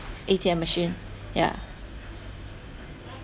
A_T_M machine yeah